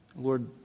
Lord